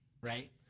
right